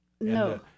No